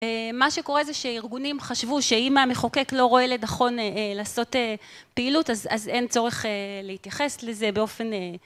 מה שקורה זה שארגונים חשבו שאם המחוקק לא רואה לנכון לעשות פעילות אז אין צורך להתייחס לזה באופן...